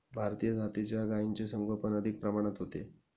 भारतीय जातीच्या गायींचे संगोपन अधिक प्रमाणात होते